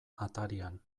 atarian